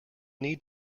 need